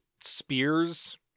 spears